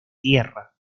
tierra